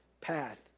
path